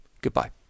goodbye